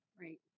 Right